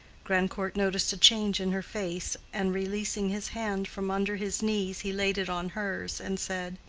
grandcourt noticed a change in her face, and releasing his hand from under his knees, he laid it on hers, and said,